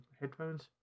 headphones